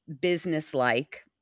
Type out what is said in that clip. businesslike